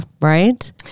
right